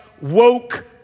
woke